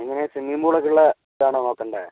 എങ്ങനെ സ്വിമ്മിംഗ് പൂള ഒക്കെ ഉള്ള ഇതാണോ നോക്കേണ്ടത്